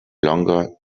longer